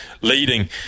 leading